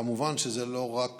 כמובן שזה לא רק